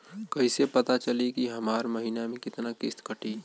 कईसे पता चली की हमार महीना में कितना किस्त कटी?